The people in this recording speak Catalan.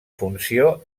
funció